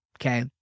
okay